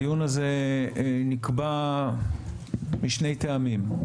הדיון הזה נקבע משני טעמים.